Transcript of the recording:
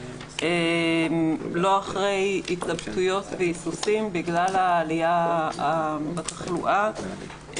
אחרי התלבטויות והיסוסים בגלל העלייה בתחלואה.